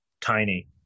tiny